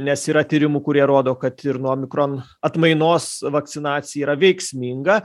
nes yra tyrimų kurie rodo kad ir nuo omikron atmainos vakcinacija yra veiksminga